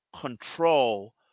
control